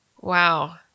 Wow